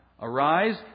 arise